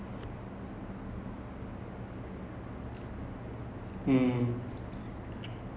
um some actually அப்பப்ப பாப்பேன்:appapa paapaen depends on how hyped the movie is lah